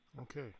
Okay